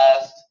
last